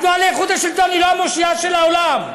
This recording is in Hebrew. התנועה לאיכות השלטון היא לא המושיעה של העולם,